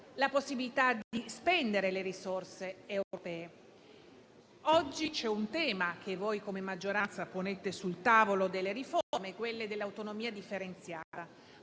la possibilità di spendere le risorse europee. Oggi c'è un tema che voi come maggioranza ponete sul tavolo delle riforme, quello dell'autonomia differenziata,